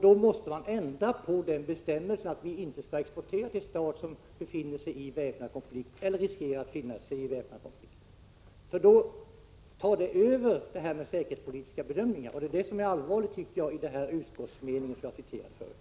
Man måste alltså då ändra på bestämmelsen att vi inte skall exportera till stat som befinner sig i — eller riskerar att befinna sig i — väpnade konflikter. Det är detta som är allvarligt, tycker jag, när det gäller den utskottsmening som jag citerade förut.